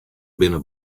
binne